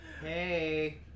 Hey